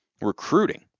recruiting